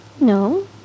No